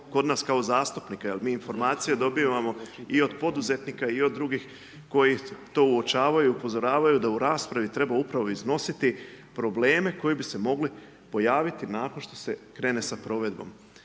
kod nas kao zastupnika jel mi informacije dobivamo i od poduzetnika i od drugih koji to uočavaju, upozoravaju da u raspravi treba upravo iznositi probleme koji bi se mogli pojaviti nakon što se krene sa provedbom.